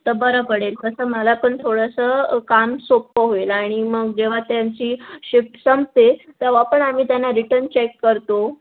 तर बरं पडेल कसं मला पण थोडंसं काम सोप्पं होईल आणि मग जेव्हा त्यांची शिफ्ट संपते तेव्हा पण आम्ही त्यांना रिटन चेक करतो